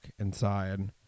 inside